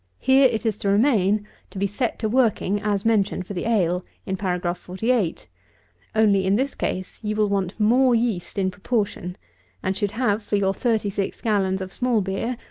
here it is to remain to be set to working as mentioned for the ale, in paragraph forty eight only, in this case, you will want more yeast in proportion and should have for your thirty-six gallons of small beer,